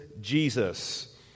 Jesus